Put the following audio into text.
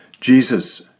Jesus